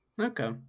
Okay